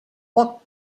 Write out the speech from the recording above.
poc